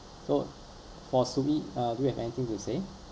so for soo ee uh do you have anything to say